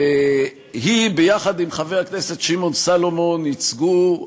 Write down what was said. והיא ביחד עם חבר הכנסת שמעון סולומון ייצגו,